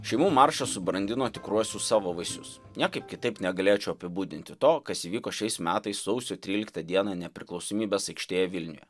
šeimų maršas subrandino tikruosius savo vaisius niekaip kitaip negalėčiau apibūdinti to kas įvyko šiais metais sausio tryliktą dieną nepriklausomybės aikštėje vilniuje